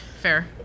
Fair